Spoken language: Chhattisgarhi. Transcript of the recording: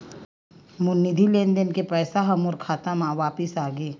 मोर निधि लेन देन के पैसा हा मोर खाता मा वापिस आ गे